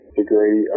degree